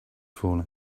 falling